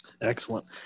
Excellent